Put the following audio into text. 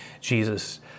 Jesus